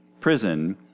prison